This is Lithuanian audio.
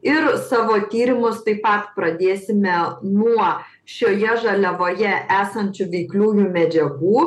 ir savo tyrimus taip pat pradėsime nuo šioje žaliavoje esančių veikliųjų medžiagų